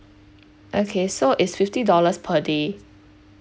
okay so it's fifty dollars per day